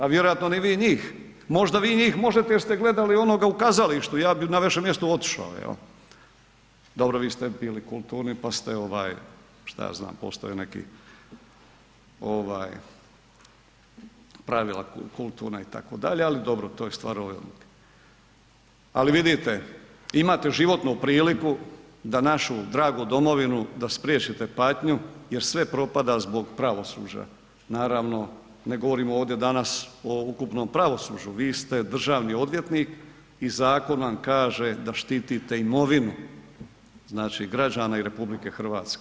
A vjerojatno ni vi njih, možda vi njih možete jer ste gledali onoga u kazalištu, ja bi na vašem mjestu otišao, dobro, vi ste bili kulturni pa ste šta ja znam, postoje neka pravila kulturna itd., ali dobro to je stvar ... Ali vidite, imate životnu priliku da našu dragu domovinu, da spriječite patnju jer sve propada zbog pravosuđa, naravno ne govorimo ovdje danas o ukupnom pravosuđu, vi ste državni odvjetnik i zakon vam kaže da štitite imovine znači građana i RH.